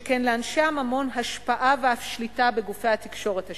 שכן לאנשי הממון השפעה ואף שליטה בגופי התקשורת השונים,